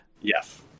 Yes